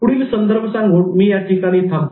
पुढील संदर्भ सांगून मी या ठिकाणी थांबतो